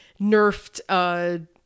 nerfed